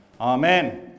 amen